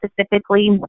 specifically